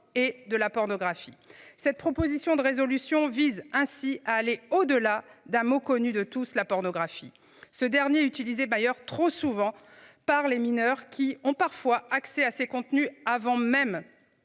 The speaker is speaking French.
et de la pornographie. Cette proposition de résolution vise ainsi à aller au-delà d'un mot connue de tous, la pornographie, ce dernier utilisait d'ailleurs trop souvent par les mineurs qui ont parfois accès à ces contenus, avant même